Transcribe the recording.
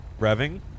revving